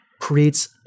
creates